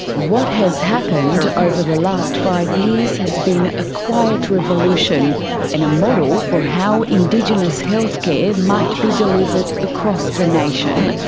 what has happened over the last five years has been a quiet revolution and a model for how indigenous healthcare might be delivered across the nation.